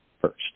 first